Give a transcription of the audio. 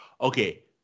okay